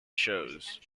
shows